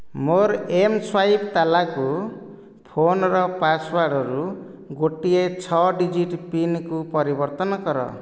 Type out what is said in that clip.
ମୋର ଏମ୍ସ୍ୱାଇପ୍ ତାଲାକୁ ଫୋନ୍ର ପାସୱାର୍ଡରୁ ଗୋଟିଏ 'ଛ ଡିଜିଟ ପିନ୍ ' କୁ ପରିବର୍ତ୍ତନ କର